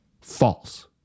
false